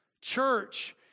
Church